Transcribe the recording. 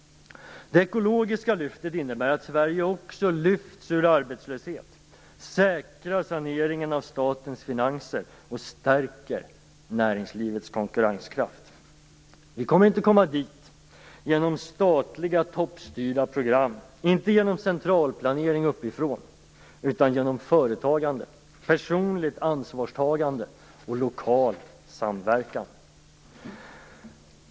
Det ekologiska lyftet innebär att Sverige också lyfts ur arbetslöshet, säkrar saneringen av statens finanser och stärker näringslivets konkurrenskraft. Vi kommer inte dit genom statliga toppstyrda program, inte genom centralplanering uppifrån utan genom företagande, personligt ansvarstagande och lokal samverkan.